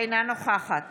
אינה נוכחת